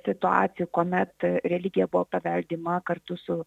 situacijų kuomet religija buvo paveldima kartu su